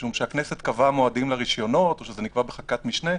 משום שהכנסת קבעה מועדים לרישיונות או שזה נקבע בחקיקת משנה,